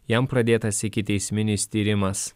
jam pradėtas ikiteisminis tyrimas